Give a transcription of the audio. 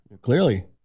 clearly